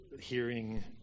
hearing